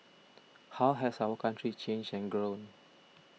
how has our country changed and grown